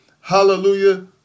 hallelujah